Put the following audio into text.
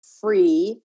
free